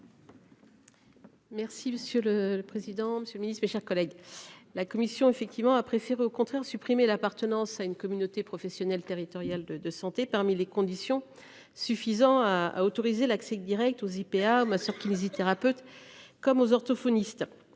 Merci monsieur le président, Monsieur le Ministre, mes chers collègues. La commission effectivement après, c'est au contraire supprimer l'appartenance à une communauté professionnelle territoriale de de santé parmi les conditions suffisant à à autoriser l'accès Direct aux IPA masseurs-kinésithérapeutes. Comme aux orthophonistes.